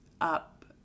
up